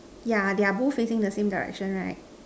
yeah they are both facing the same directions right